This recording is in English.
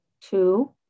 Two